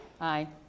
Aye